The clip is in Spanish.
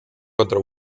contra